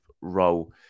role